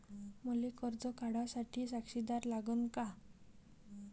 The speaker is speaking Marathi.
मले कर्ज काढा साठी साक्षीदार लागन का?